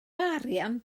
arian